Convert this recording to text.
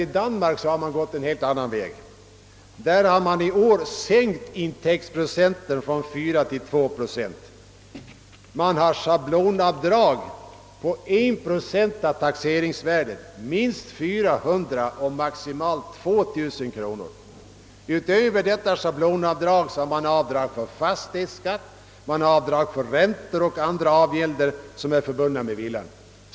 I Danmark har man gått en helt annan väg och i år sänkt intäktsprocenten från 4 till 2. Man har där vidare sehablonavdrag på 1 procent av taxeringsvärdet — minst 400 och högst 2 000 kronor. Därutöver får villaägarna göra avdrag för fastighetsskatt samt för räntor och andra avgälder som är förbundna med villan.